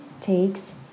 takes